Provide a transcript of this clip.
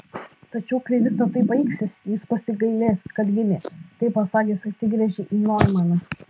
tačiau kai visa tai baigsis jis pasigailės kad gimė tai pasakęs atsigręžė į noimaną